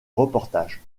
reportage